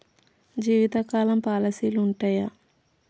జీవితకాలం పాలసీలు ఉంటయా?